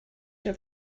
your